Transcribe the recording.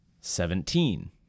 Seventeen